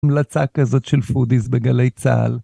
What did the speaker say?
המלצה כזאת של פרודיס בגלי צהל